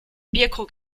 bierkrug